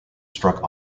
struck